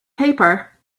paper